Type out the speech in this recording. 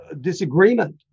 disagreement